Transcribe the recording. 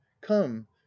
come